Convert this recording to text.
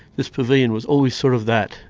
this pavilion was always sort of that.